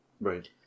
right